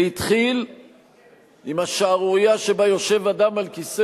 זה התחיל עם השערורייה שבה יושב אדם על כיסא